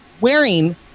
wearing